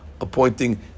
appointing